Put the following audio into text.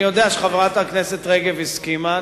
אני יודע שחברת הכנסת רגב הסכימה,